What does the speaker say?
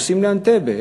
נוסעים לאנטבה.